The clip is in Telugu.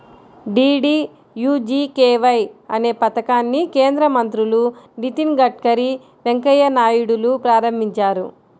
డీడీయూజీకేవై అనే పథకాన్ని కేంద్ర మంత్రులు నితిన్ గడ్కరీ, వెంకయ్య నాయుడులు ప్రారంభించారు